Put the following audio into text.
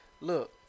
Look